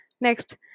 next